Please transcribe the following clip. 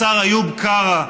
והשר איוב קרא,